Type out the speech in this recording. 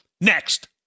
next